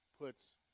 puts